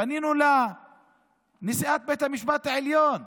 פנינו לנשיאת בית המשפט העליון,